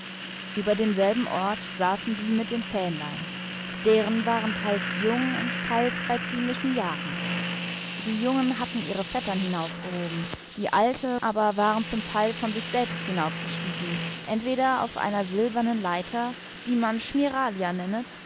über demselben ort saßen die mit den fähnlein deren waren teils jung und teils bei ziemlichen jahren die junge hatten ihre vettern hinaufgehoben die alte aber waren zum teil von sich selbst hinaufgestiegen entweder auf einer silbernen leiter die man